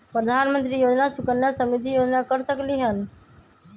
प्रधानमंत्री योजना सुकन्या समृद्धि योजना कर सकलीहल?